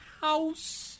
House